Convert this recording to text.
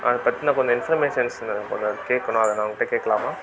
அதை பற்றின கொஞ்சம் இன்ஃபர்மேஷன்ஸ் நான் உங்களை கேட்கணும் அதை நான் உங்கள்கிட்ட கேட்கலாமா